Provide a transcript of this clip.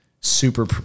super